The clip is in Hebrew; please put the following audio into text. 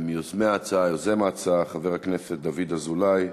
מיוזמי ההצעה, יוזם ההצעה, חבר הכנסת דוד אזולאי,